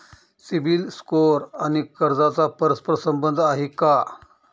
CIBIL score आणि कर्जाचा परस्पर संबंध आहे का?